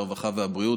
הרווחה והבריאות.